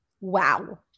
Wow